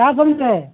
کیا سمجھے